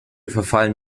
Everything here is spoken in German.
verfallen